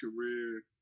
career